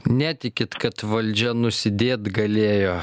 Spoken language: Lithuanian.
netikit kad valdžia nusidėt galėjo